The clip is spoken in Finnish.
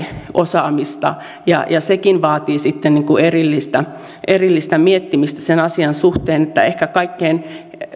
osaamista ja sekin vaatii sitten erillistä erillistä miettimistä sen asian suhteen että ehkä kaikkein